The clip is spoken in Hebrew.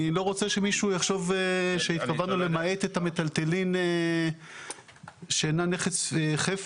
אני לא רוצה שמישהו יחשוב שהתכוונו למעט את המיטלטלין שאיננו חפץ,